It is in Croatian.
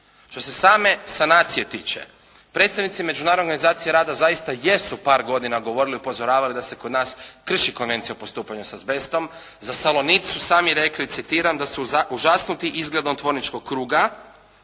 Što se same sanacije tiče predstavnici Međunarodne organizacije rada zaista jesu par godina govorili, upozoravali da se kod nas krši Konvencija o postupanju s azbestom. Za salonit su sami rekli citiram da su: «užasnuti izgledom tvorničkog kruga»,